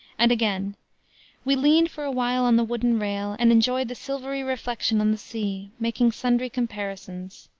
and again we leaned for awhile on the wooden rail and enjoyed the silvery reflection on the sea, making sundry comparisons.